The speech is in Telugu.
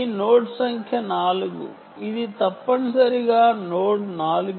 ఇది నోడ్ సంఖ్య 4 ఇది తప్పనిసరిగా నోడ్ 4